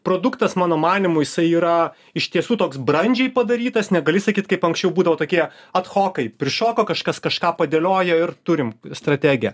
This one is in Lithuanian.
produktas mano manymu jisai yra iš tiesų toks brandžiai padarytas negali sakyt kaip anksčiau būdavo tokie atchokai prišoko kažkas kažką padėlioja ir turim strategiją